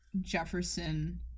Jefferson